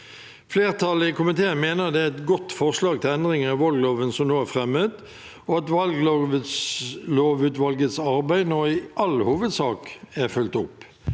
Flertallet i komiteen mener det er et godt forslag til endringer i valgloven som nå er fremmet, og at valglovutvalgets arbeid nå i all hovedsak er fulgt opp.